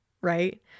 right